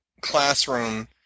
classroom